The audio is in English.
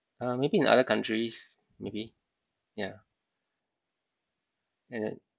uh maybe in other countries maybe ya and